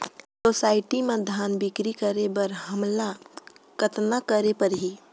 Society म धान बिक्री करे बर हमला कतना करे परही?